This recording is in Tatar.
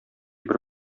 бер